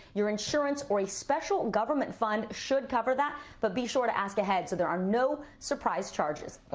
your insurance or a special government fund should cover that, but be sure to ask ahead so there are no surprise charges.